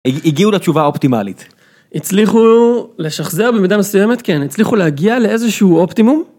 הגיעו לתשובה האופטימלית הצליחו לשחזר במידה מסוימת כן הצליחו להגיע לאיזשהו אופטימום.